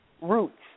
Roots